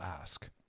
ask